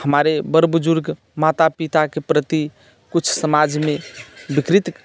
हमारे बड़े बुजुर्ग माता पिताके प्रति कुछ समाजमे विकृत